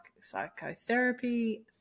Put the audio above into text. psychotherapy